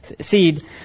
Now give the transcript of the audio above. seed